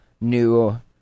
new